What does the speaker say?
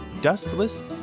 dustless